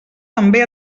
també